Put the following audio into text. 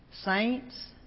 saints